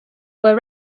were